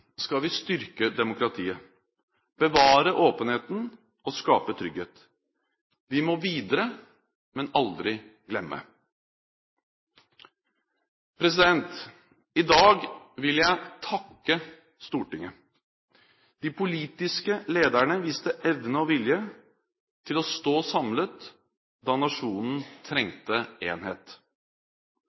skal vi styrke demokratiet, bevare åpenheten og skape trygghet. Vi må videre, men aldri glemme. I dag vil jeg takke Stortinget. De politiske lederne viste evne og vilje til å stå samlet da nasjonen trengte enhet.